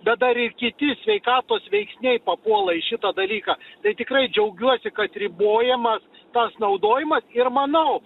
bet dar ir kiti sveikatos veiksniai papuola į šitą dalyką tai tikrai džiaugiuosi kad ribojamas tas naudojimas ir manau